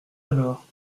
alors